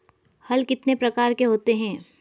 हल कितने प्रकार के होते हैं?